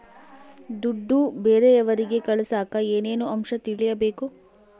ದುಡ್ಡು ಬೇರೆಯವರಿಗೆ ಕಳಸಾಕ ಏನೇನು ಅಂಶ ತಿಳಕಬೇಕು?